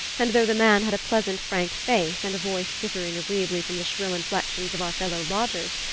and though the man had a pleasant frank face and a voice differing agreeably from the shrill inflections of our fellow-lodgers,